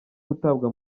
gutabwa